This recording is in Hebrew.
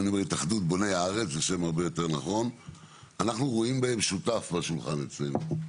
אנחנו רואים בהם שותף בשולחן אצלנו,